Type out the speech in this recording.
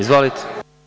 Izvolite.